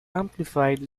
amplified